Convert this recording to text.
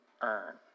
earn